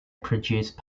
produce